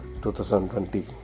2020